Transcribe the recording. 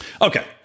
Okay